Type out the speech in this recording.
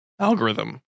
algorithm